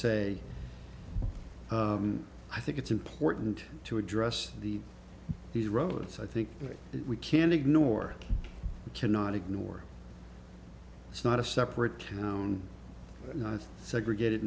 say i think it's important to address the the roads i think we can ignore cannot ignore it's not a separate segregated